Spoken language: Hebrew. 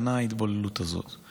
ההתבוללות הזאת תוכל להימנע.